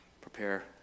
prepare